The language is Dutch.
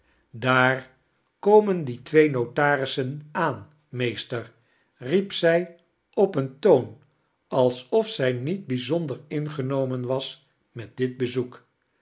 daat komen die twee notarissen aan meester riep zij op een toon alsof zij niet bijzondec ingenomen was met dit bezoek